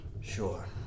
Sure